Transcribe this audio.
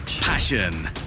passion